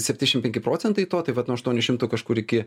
septyniasdešim penki procentai to tai vat nuo aštuonių šimtų kažkur iki